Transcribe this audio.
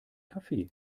café